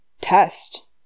test